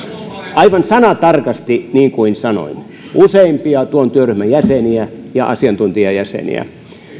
aivan sanatarkasti niin kuin sanoin useimpia tuon työryhmän jäseniä ja asiantuntijajäseniä